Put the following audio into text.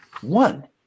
one